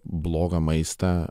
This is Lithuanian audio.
blogą maistą